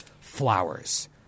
Flowers